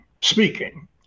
speaking